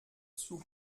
zug